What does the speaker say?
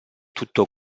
tutto